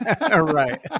Right